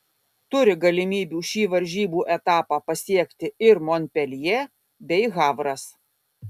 turi galimybių šį varžybų etapą pasiekti ir monpeljė bei havras